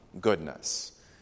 goodness